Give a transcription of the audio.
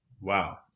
Wow